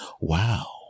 Wow